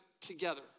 together